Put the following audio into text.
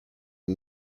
and